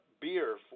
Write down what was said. beer